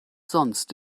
sonst